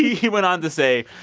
he went on to say,